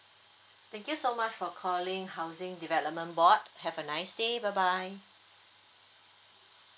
thank you so much for calling housing development board have a nice day bye bye